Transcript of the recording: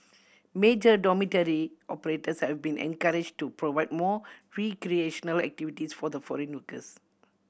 major dormitory operators have been encourage to provide more recreational activities for the foreign workers